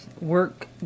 work